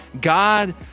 God